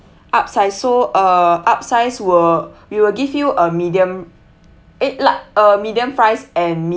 upsize so uh upsize will we will give you a medium eh large a medium fries and